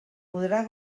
podrà